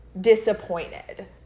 disappointed